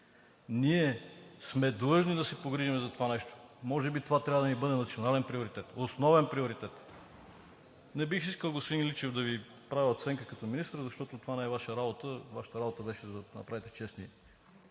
ние сме длъжни да се погрижим за това нещо. Може би това трябва да ни бъде национален приоритет, основен приоритет. Не бих искал, господин Личев, да Ви правя оценка като министър, защото това не е Ваша работа. Вашата работа беше да направите честни